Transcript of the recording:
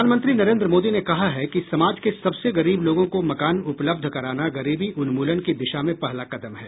प्रधानमंत्री नरेन्द्र मोदी ने कहा है कि समाज के सबसे गरीब लोगों को मकान उपलब्ध कराना गरीबी उन्मूलन की दिशा में पहला कदम है